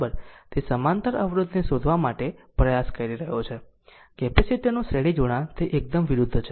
તે સમાંતર અવરોધને શોધવા માટે પ્રયાસ કરી રહ્યો છે કેપેસિટર નું શ્રેણી જોડાણ તે એકદમ વિરુદ્ધ છે